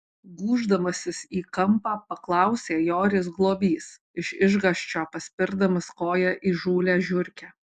gūždamasis į kampą paklausė joris globys iš išgąsčio paspirdamas koja įžūlią žiurkę